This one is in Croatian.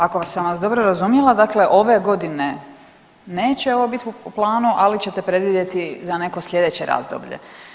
Ako sam vas dobro razumjela dakle ove godine neće ovo bit po planu, ali ćete predvidjeti za neko sljedeće razdoblje.